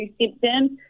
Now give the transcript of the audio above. symptoms